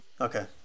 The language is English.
Okay